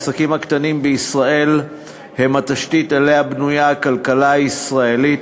העסקים הקטנים בישראל הם התשתית שעליה בנויה הכלכלה הישראלית,